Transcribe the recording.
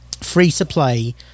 free-to-play